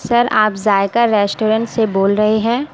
سر آپ ذائقہ ریسٹورنٹ سے بول رہے ہیں